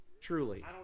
Truly